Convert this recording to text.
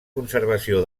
conservació